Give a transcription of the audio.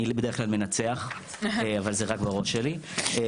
אני בדרך כלל מנצח אבל זה רק בראש שלי,